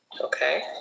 Okay